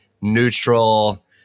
neutral